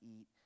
eat